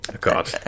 god